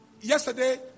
Yesterday